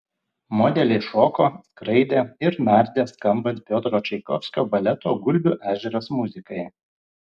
modeliai šoko skraidė ir nardė skambant piotro čaikovskio baleto gulbių ežeras muzikai